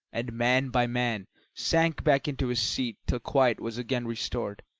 and man by man sank back into his seat till quiet was again restored,